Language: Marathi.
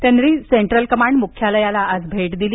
त्यांनी सेन्ट्रल कमांड मुख्यालयाला भेट दिली